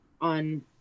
on